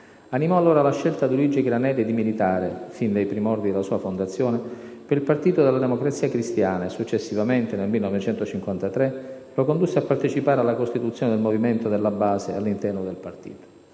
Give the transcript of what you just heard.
animò allora la scelta di Luigi Granelli di militare, fin dai primordi della sua fondazione, per il partito della Democrazia Cristiana, e successivamente, nel 1953, lo condusse a partecipare alla costituzione del movimento della "Base", all'interno del partito.